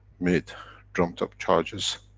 made trumped up charges,